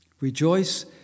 Rejoice